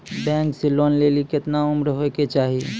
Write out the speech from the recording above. Bank से loan लेली केतना उम्र होय केचाही?